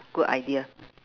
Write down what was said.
good idea